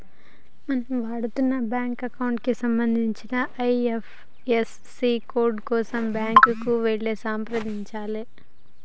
మనం వాడుతున్న bank account కి సంబంధించిన ఐ.ఎఫ్.ఎస్.సి కోడ్ కోసం బ్యాంకుకి వెళ్లి సంప్రదించాలే